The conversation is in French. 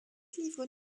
livres